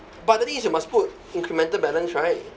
but the thing is you must put incremental balance right